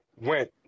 went